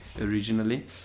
originally